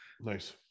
Nice